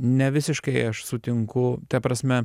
ne visiškai aš sutinku ta prasme